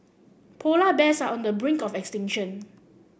polar bears are on the brink of extinction